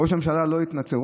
ראש הממשלה לא התנצל.